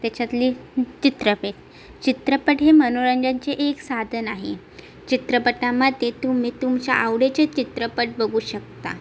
त्याच्यातली चित्रके चित्रपट हे मनोरंजनाचे एक साधन आहे चित्रपटामध्ये तुम्ही तुमच्या आवडीचे चित्रपट बघू शकता